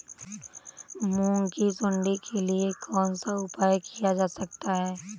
मूंग की सुंडी के लिए कौन सा उपाय किया जा सकता है?